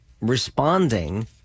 responding